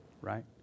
right